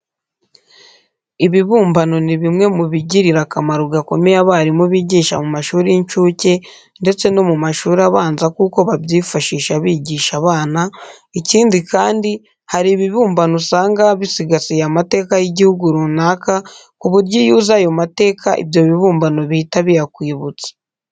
Ibibumbano ni bimwe mu bigirira akamaro gakomeye abarimu bigisha mu mashuri y'incuke ndetse no mu mashuri abanza kuko babyifashisha bigisha abana, ikindi kandi hari ibibumbano usanga bisigasiye amateka y'igihugu runaka ku buryo iyo uzi ayo mateka ibyo bibumbano bihita biyakwibutsa.